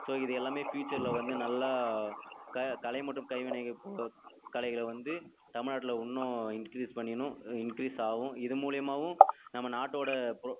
so இது எல்லாமே ஃபியூச்சரில் வந்து நல்லா க கலை மற்றும் கைவினைக பொ கலைகளை வந்து தமிழ்நாட்டில் இன்னும் இன்க்ரீஸ் பண்ணிடணும் இன்க்ரீஸ் ஆகும் இது மூலிமாவும் நம்ம நாட்டோட பொ